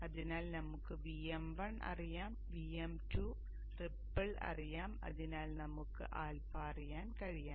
അതിനാൽ നമുക്ക് Vm1 അറിയാം Vm2 റിപ്പ്ൾ അറിയാം അതിനാൽ നമുക്ക് α അറിയാൻ കഴിയണം